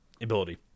ability